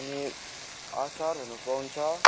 अनि अचारहरू पाउँछ